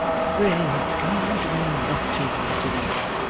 pray god, we are not too late again